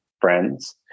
friends